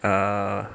err